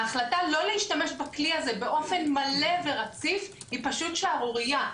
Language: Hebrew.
ההחלטה לא להשתמש בכלי הזה באופן מלא ורציף היא פשוט שערורייה.